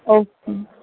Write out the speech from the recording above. okay